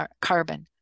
carbon